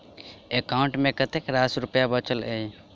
account मे कतेक रास रुपया बचल एई